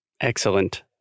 Excellent